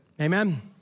Amen